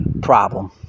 problem